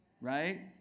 Right